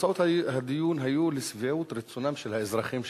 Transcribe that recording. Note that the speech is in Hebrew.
ותוצאות הדיון היו לשביעות רצונם של האזרחים שבאו.